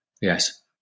Yes